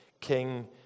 king